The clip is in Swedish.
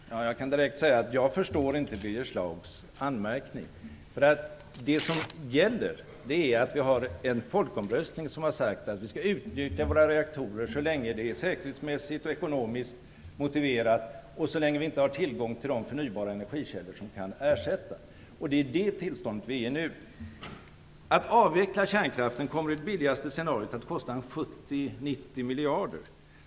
Fru talman! Jag kan direkt säga att jag inte förstår Birger Schlaugs anmärkning. Det som gäller är att folk vid en folkomröstning sagt att vi skall utnyttja våra reaktorer så länge det är säkerhetsmässigt och ekonomiskt motiverat och så länge vi inte har tillgång till de förnybara energikällor som kan ersätta kärnkraften. Det är det tillstånd som råder nu. Att avveckla kärnkraften kommer enligt det billigaste scenariot att kosta 70-90 miljarder.